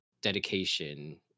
dedication